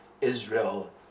Israel